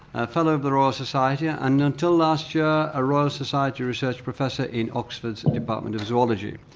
a fellow of the royal society yeah and until last year a royal society research professor in oxford's department of zoology,